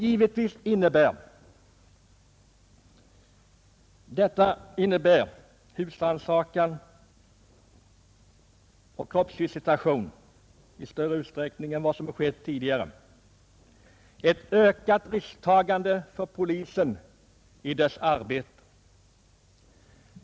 Givetvis innebär husrannsakan och kroppsvisitation i större utsträckning än tidigare ett ökat risktagande för polisen i dess arbete.